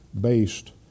based